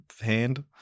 hand